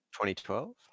2012